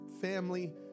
family